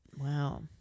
Wow